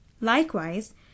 Likewise